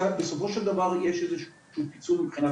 בסופו של דבר יש איזה פיצול מבחינת